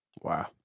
Wow